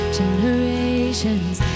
generations